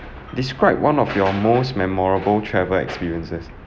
describe one of your most memorable travel experiences